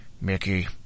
Mickey